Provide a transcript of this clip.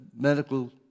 medical